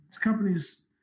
companies